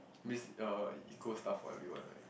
miss uh equal stuff for everyone right